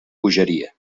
bogeria